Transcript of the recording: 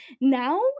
now